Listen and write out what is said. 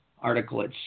article